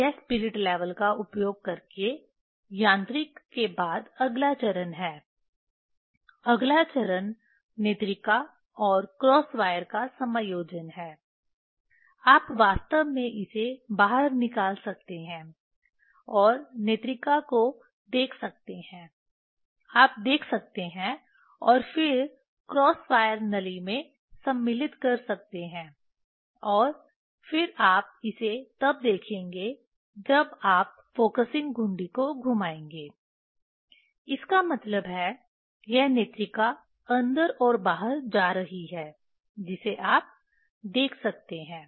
यह spirit level का उपयोग करके यांत्रिक के बाद अगला चरण है अगला चरण नेत्रिका और क्रॉस वायर का समायोजन है आप वास्तव में इसे बाहर निकाल सकते हैं और नेत्रिका को देख सकते हैं आप देख सकते हैं और फिर क्रॉस वायर नली में सम्मिलित कर सकते हैं और फिर आप इसे तब देखेंगे जब आप फ़ोकसिंग घुंडी को घुमाएंगे इसका मतलब है यह नेत्रिका अंदर और बाहर जा रही है जिसे आप देख सकते हैं